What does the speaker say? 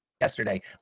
yesterday